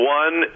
one